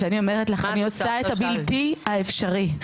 אני עושה את הבלתי האפשרי.